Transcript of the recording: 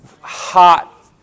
hot